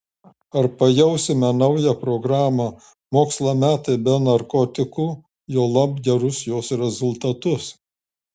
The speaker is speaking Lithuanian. ar pajausime naują programą mokslo metai be narkotikų juolab gerus jos rezultatus